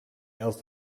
else